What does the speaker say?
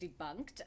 Debunked